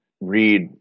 read